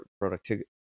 productivity